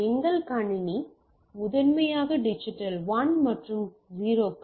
எங்கள் கணினி முதன்மையாக டிஜிட்டல் 1 மற்றும் 0 கள்